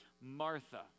Martha